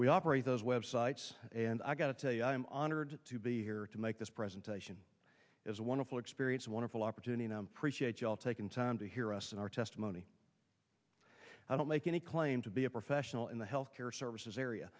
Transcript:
we operate those web sites and i got to tell you i'm honored to be here to make this presentation is a wonderful experience a wonderful opportunity prescience all taken time to hear us and our testimony i don't make any claim to be a professional in the healthcare services area